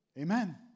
Amen